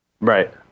Right